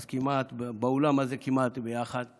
אז באולם הזה אנחנו כמעט ביחד.